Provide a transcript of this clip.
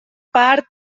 part